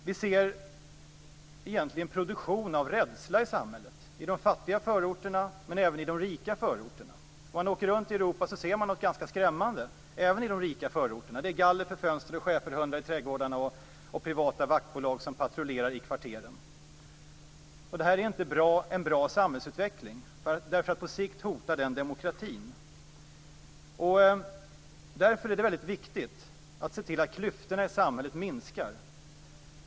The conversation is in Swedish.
Vi ser egentligen en produktion av rädsla i samhället, i de fattiga förorterna men även i de rika. När man åker runt i Europa ser man något ganska skrämmande även i de rika förorterna. Det är galler för fönstren, schäferhundar i trädgårdarna och privata vaktbolag som patrullerar i kvarteren. Det här är inte en bra samhällsutveckling, därför att på sikt hotar den demokratin. Därför är det väldigt viktigt att se till att klyftorna i samhället minskar.